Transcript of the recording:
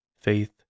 faith